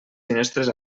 finestres